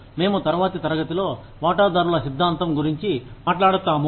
మేము తరువాతి తరగతిలో వాటాదారుల సిద్ధాంతం గురించి మాట్లాడతాను